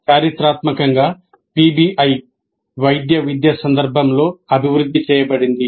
చారిత్రాత్మకంగా పిబిఐ వైద్య విద్య సందర్భంలో అభివృద్ధి చేయబడింది